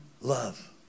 love